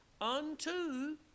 unto